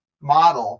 model